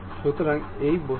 সুতরাং এটি বস্তু